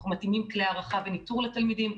אנחנו מתאימים כלי הערכה וניטור לתלמידים,